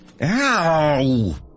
Ow